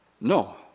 No